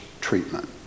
treatment